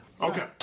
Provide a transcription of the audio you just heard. Okay